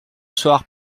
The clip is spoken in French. soir